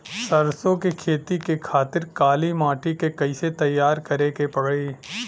सरसो के खेती के खातिर काली माटी के कैसे तैयार करे के पड़ी?